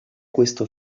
questo